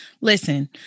Listen